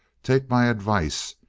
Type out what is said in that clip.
take my advice.